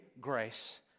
grace